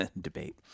debate